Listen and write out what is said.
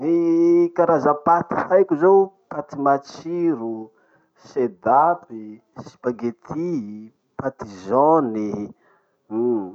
Gny karaza paty haiko zao: paty matsiro, sedaap, spaghetti, paty jaune, uhm.